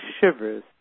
shivers